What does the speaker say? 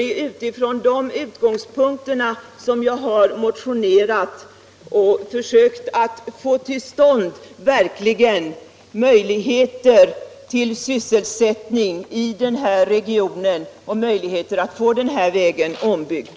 Det är från den utgångspunkten som jag har motionerat och försökt att verkligen få till stånd möjligheter till sysselsättning i regionen — och möjligheter att få den här vägen ombyggd.